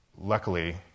luckily